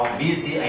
busy